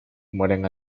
mueren